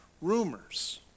rumors